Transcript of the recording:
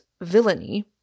villainy